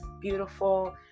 beautiful